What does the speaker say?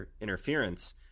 interference